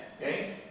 okay